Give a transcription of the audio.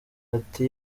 ati